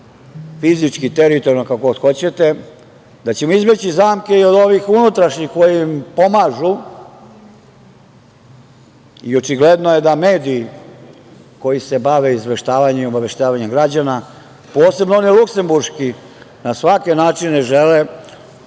fizički, teritorijalno, kako god hoćete, da ćemo izbeći zamke i od ovih unutrašnjih koji im pomažu i očigledno je da mediji koji se bave izveštavanjem i obaveštavanjem građana, posebno oni Luksemburški na svake načine žele